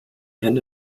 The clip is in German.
hände